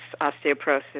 osteoporosis